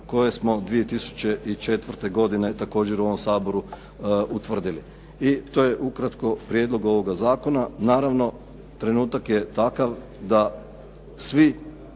koje smo 2004. godine također u ovom Saboru utvrdili. I to je ukratko prijedlog ovoga zakona. Naravno, trenutak je takav da svi